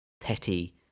petty